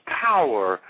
power